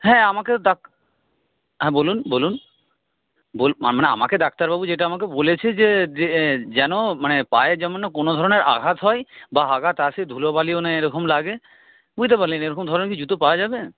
হ্যাঁ আমাকেও হ্যাঁ বলুন বলুন মানে আমাকে ডাক্তারবাবু যেটা আমাকে বলেছে যে যেন মানে পায়ে যেমন না কোনো ধরনের আঘাত হয় বা আঘাত আসে ধুলো বালিও না এরকম লাগে বুঝতে পারলেন এইরকম ধরনের জুতো পাওয়া যাবে